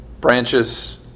Branches